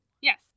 Yes